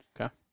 Okay